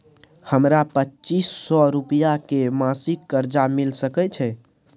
हमरा पच्चीस सौ रुपिया के मासिक कर्जा मिल सकै छै?